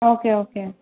okay okay